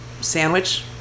sandwich